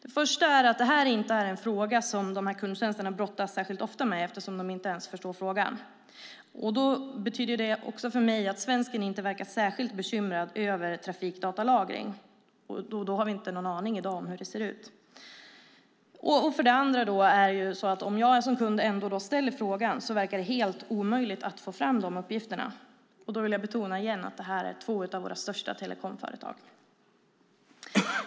Den första är att detta inte är en fråga som dessa kundtjänster brottas särskilt ofta med, eftersom de inte ens förstår frågan. Det betyder för mig också att svensken inte verkar särskilt bekymrad över trafikdatalagring. I dag har vi inte någon aning om hur det ser ut. Den andra är att om jag som kund ändå ställer frågan verkar det helt omöjligt att få fram de uppgifterna. Jag vill betona igen att detta är två av våra största telekomföretag.